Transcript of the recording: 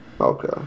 Okay